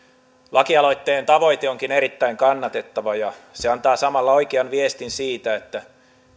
lakialoitteen tavoite onkin erittäin kannatettava ja se antaa samalla oikean viestin siitä että